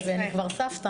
ואני כבר סבתא,